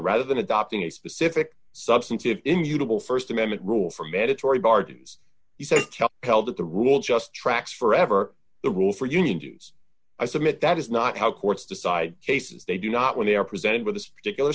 rather than adopting a specific substantive immutable st amendment rule for mandatory bargains he said held that the rule just tracks forever the rule for union dues i submit that is not how courts decide cases they do not when they are presented with this particular